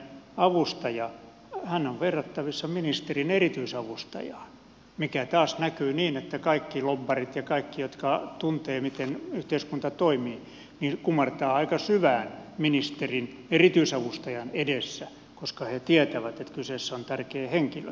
kansanedustajan avustaja on verrattavissa ministerin erityisavustajaan mikä taas näkyy niin että kaikki lobbarit ja kaikki jotka tuntevat miten yhteiskunta toimii kumartavat aika syvään ministerin erityisavustajan edessä koska he tietävät että kyseessä on tärkeä henkilö